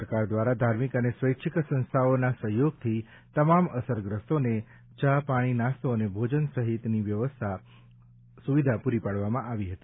સરકાર દ્વારા ધાર્મિક અને સ્વૈચ્છિક સંસ્થાઓ ના સહયોગથી તમામ અસરગ્રસ્તો ને ચા પાણી નાસ્તો અને ભોજન સહિત ની સુવિધા પૂરી પાડવામાં આવી હતી